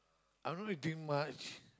I don't like think much